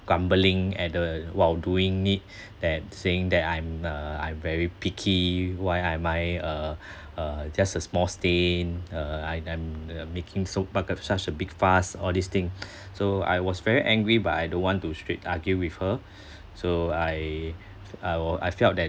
grumbling at the while doing it than saying that I'm uh I'm very picky why am I uh uh just a small stain uh I I'm uh making so much of such a big fuss all this thing so I was very angry but I don't want to straight argue with her so I I wa~ I felt that